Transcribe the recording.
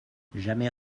jamais